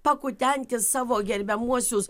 pakutenti savo gerbiamuosius